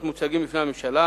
בפני הממשלה.